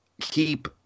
keep